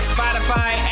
Spotify